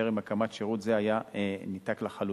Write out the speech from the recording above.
שטרם הקמת שירות זה היה ניתק לחלוטין.